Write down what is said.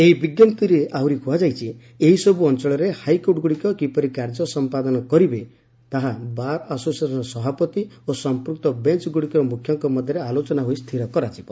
ଏହି ବିଜ୍ଞପ୍ତିରେ ଆହୁରି କୁହାଯାଇଛି ଏହିସବୁ ଅଞ୍ଚଳରେ ହାଇକୋର୍ଟଗୁଡ଼ିକ କିପରି କାର୍ଯ୍ୟ ସମ୍ପାଦନ କରିବେ ତାହା ବାର୍ ଆସୋସିଏସନର ସଭାପତି ଓ ସମ୍ପୃକ୍ତ ବେଞ୍ଚଗୁଡ଼ିକର ମୁଖ୍ୟଙ୍କ ମଧ୍ୟରେ ଆଲୋଚନା ହୋଇ ସ୍ଥିର କରାଯିବ